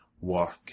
work